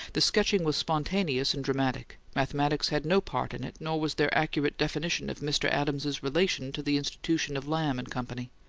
the sketching was spontaneous and dramatic. mathematics had no part in it nor was there accurate definition of mr. adams's relation to the institution of lamb and company.